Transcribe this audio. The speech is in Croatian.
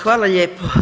Hvala lijep.